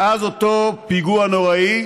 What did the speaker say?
מאז אותו פיגוע נוראי